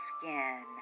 skin